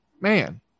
Man